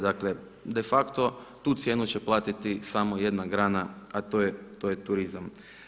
Dakle, de facto tu cijenu će platiti samo jedna grana, a to je turizam.